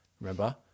Remember